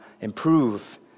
improve